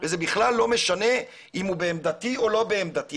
וזה בכלל לא משנה אם הוא בעמדתי או לא בעמדתי.